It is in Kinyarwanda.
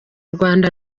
rwanda